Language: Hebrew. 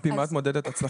על פי מה את מודדת הצלחה?